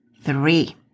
three